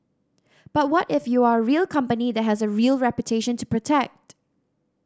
but what if you are a real company that has a real reputation to protect